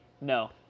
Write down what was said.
No